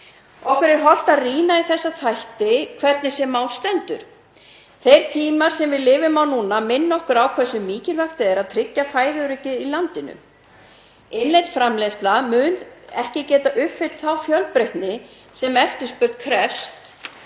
Okkur er hollt að rýna í þessa þætti, hvernig sem á stendur. Þeir tímar sem við lifum á núna minna okkur á hversu mikilvægt er að tryggja fæðuöryggi í landinu. Innlend framleiðsla mun ekki geta uppfyllt þá fjölbreytni sem eftirspurn krefst